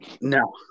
No